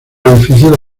edificio